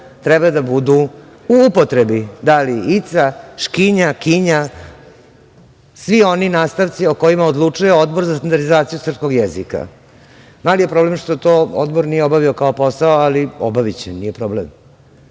treba da budu u upotrebi, da li – ica, škinja, kinja, svi oni nastavci o kojima odlučuje Odbor za standardizaciju srpskog jezika. Mali je problem što to Odbor nije obavio kao posao, ali obaviće, nije problem. Ne